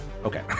okay